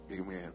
Amen